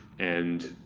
and